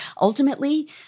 ultimately